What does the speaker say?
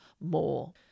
more